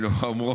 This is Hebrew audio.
לאור האמור,